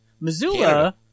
missoula